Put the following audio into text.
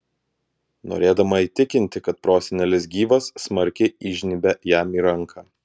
norėdama įtikinti kad prosenelis gyvas smarkiai įžnybia jam į ranką